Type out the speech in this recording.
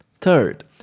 Third